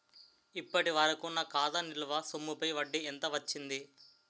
ఇప్పటి వరకూ నా ఖాతా నిల్వ సొమ్ముపై వడ్డీ ఎంత వచ్చింది?